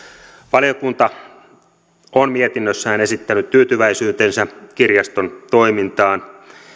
valiokunta on mietinnössään esittänyt tyytyväisyytensä kirjaston toimintaan